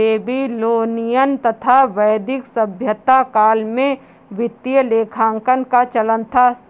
Babylonian तथा वैदिक सभ्यता काल में वित्तीय लेखांकन का चलन था